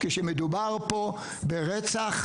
כשמדובר פה ברצח,